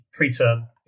preterm